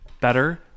Better